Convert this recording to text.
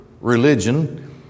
religion